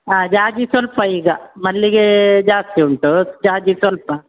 ಹಾಂ ಜಾಜಿ ಸ್ವಲ್ಪ ಈಗ ಮಲ್ಲಿಗೆ ಜಾಸ್ತಿ ಉಂಟು ಜಾಜಿ ಸ್ವಲ್ಪ